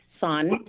son